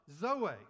Zoe